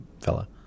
fella